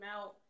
out